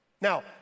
Now